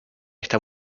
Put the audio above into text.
está